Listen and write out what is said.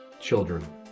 children